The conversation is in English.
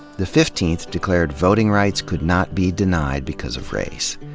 the fifteenth declared voting rights could not be denied because of race.